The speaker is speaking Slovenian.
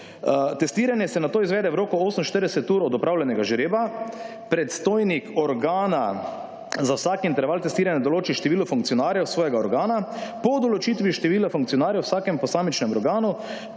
Testiranje se nato izvede v roku 48 ur od opravljenega žreba, predstojnik organa za vsak interval testiranja določi število funkcionarjev svojega organa, po določitvi števila funkcionarjev v vsakem posamičnem organu